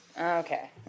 Okay